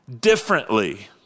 differently